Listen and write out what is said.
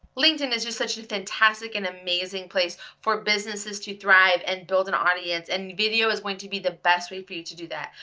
linkedin is just such a fantastic and amazing place for businesses to thrive and build an audience and video is going to be the best way for you to do that.